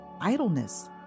idleness